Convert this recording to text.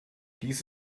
dies